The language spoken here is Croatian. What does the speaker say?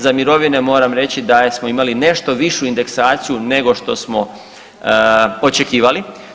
Za mirovine moram reći da smo imali nešto višu indeksaciju nego što smo očekivali.